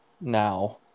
now